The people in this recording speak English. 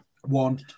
one